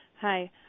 Hi